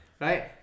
right